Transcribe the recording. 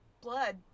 blood